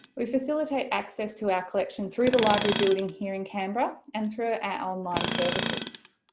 we facilitate access to our collection through the library building here in canberra and through our online services.